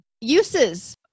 Uses